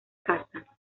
casa